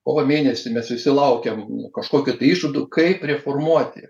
kovo mėnesį mes visi laukiam kažkokią tai išvadų kaip reformuoti